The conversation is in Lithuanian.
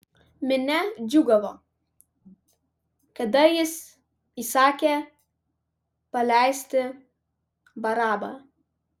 minia džiūgavo kada jis įsakė paleisti barabą